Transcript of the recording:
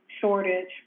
shortage